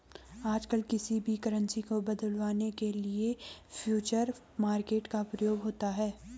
आजकल किसी भी करन्सी को बदलवाने के लिये फ्यूचर मार्केट का उपयोग होता है